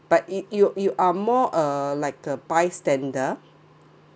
but you you you are more uh like a bystander